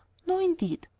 no, indeed.